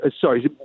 Sorry